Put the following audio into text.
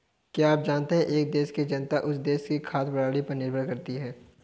क्या आप जानते है एक देश की जनता उस देश की खाद्य प्रणाली पर निर्भर करती है?